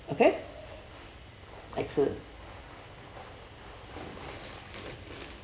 okay excellent